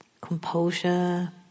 composure